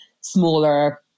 smaller